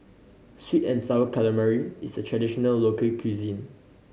sweet and Sour Calamari is a traditional local cuisine